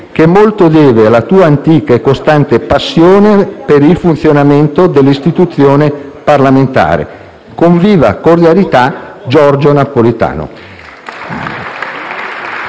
che molto deve alla tua antica e costante passione per il funzionamento dell'Istituzione parlamentare. Con viva cordialità. Giorgio Napolitano».